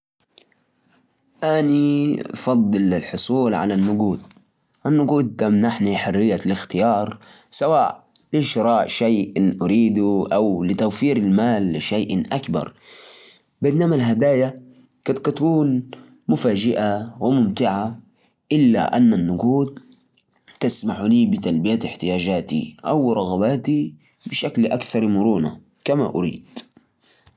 أنا بصراحة أفضل الهدايا في عيد ميلادي لأنه لما أحد يختار هدية لي يخليني أحس إنه يفكر فيه وأعرف إيش أحب. الهدايا فيها لمسة شخصية تعكس إهتمام الشخص وإهتمامه بتفاصيل حياتي بينما الفلوس ممكن تكون مفيدة لكن ما تعطي نفس الإحساس بالخصوصية والذكريات الجميلة